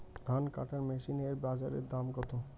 ধান কাটার মেশিন এর বাজারে দাম কতো?